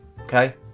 Okay